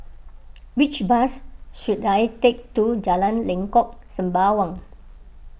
which bus should I take to Jalan Lengkok Sembawang